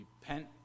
repent